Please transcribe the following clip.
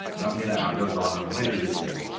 and i'm gonna add those on in later videos.